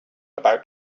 about